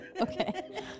Okay